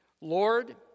Lord